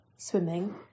swimming